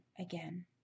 again